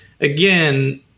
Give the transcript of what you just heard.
again